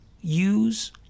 Use